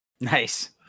Nice